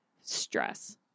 stress